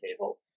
table